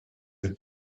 with